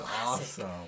awesome